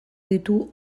ditu